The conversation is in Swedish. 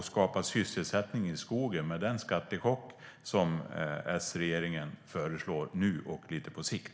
Hur skapar man jobb i skogen med den skattechock som S-regeringen föreslår nu och på sikt?